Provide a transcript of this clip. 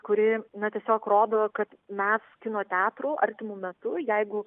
kuri na tiesiog rodo kad mes kino teatrų artimu metu jeigu